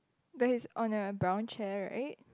but is on a brown chair right